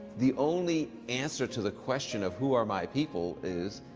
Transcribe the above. the only answer to the question of, who are my people? is,